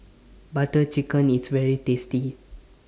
Butter Chicken IS very tasty